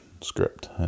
script